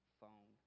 phone